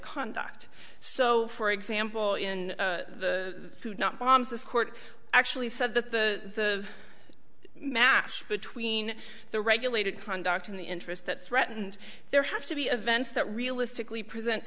conduct so for example in the food not bombs this court actually said that the match between the regulated conduct in the interest that threatened there have to be events that realistically present